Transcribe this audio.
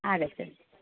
आगच्छ